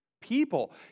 People